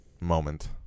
moment